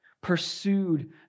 pursued